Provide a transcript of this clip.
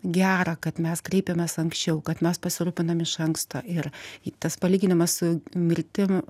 gera kad mes kreipiamės anksčiau kad mes pasirūpinam iš anksto ir tas palyginimas mirtim